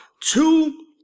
two